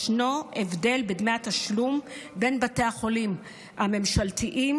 ישנו הבדל בתשלום בין בתי החולים הממשלתיים